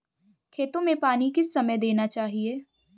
खेतों में पानी किस समय देना चाहिए?